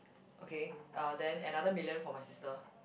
okay uh then another million for my sister